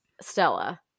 stella